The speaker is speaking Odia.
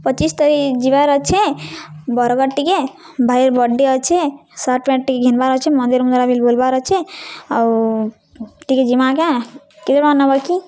ପଚିଶ୍ ତାରିଖ୍ ଯିବାର୍ ଅଛେ ବର୍ଗଡ଼୍ ଟିକେ ଭାଇ ବର୍ଥ୍ଡେ' ଅଛେ ସାର୍ଟ୍ ପ୍ୟାଣ୍ଟ୍ ଟିକେ ଘିନ୍ବାର୍ ଅଛେ ମନ୍ଦିର୍ ମୁନ୍ଦ୍ରା ବି ବୁଲ୍ବାର୍ ଅଛେ ଆଉ ଟିକେ ଯିମା କେଁ କେତେ ଟଙ୍କା ନେବ କି